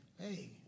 hey